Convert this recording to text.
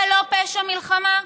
זה לא פשע מלחמה?